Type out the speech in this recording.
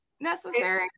necessary